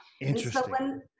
interesting